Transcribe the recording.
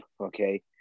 okay